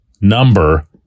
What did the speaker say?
number